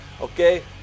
Okay